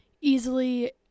easily